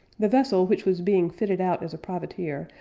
the vessel, which was being fitted out as a privateer,